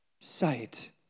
sight